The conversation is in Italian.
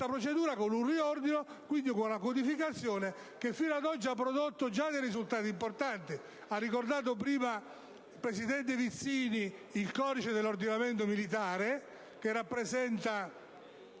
appunto con un riordino, quindi con la codificazione, che fino ad oggi ha prodotto già risultati importanti: ha ricordato prima il presidente Vizzini il codice dell'ordinamento militare, che rappresenta